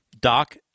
Doc